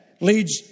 leads